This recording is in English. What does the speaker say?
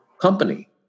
company